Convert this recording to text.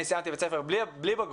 אני סיימתי בית ספר בלי בגרות,